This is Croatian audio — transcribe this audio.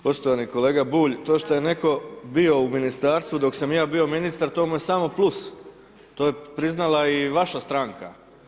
Poštovani kolega Bulj, to što je netko bio u Ministarstvu, dok sam ja bio ministar to mu je samo plus, to ej priznala i vaša stranka.